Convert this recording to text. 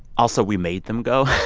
also, we made them go.